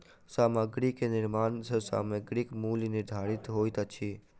सामग्री के निर्माण सॅ सामग्रीक मूल्य निर्धारित होइत अछि